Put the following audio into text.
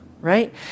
right